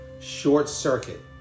short-circuit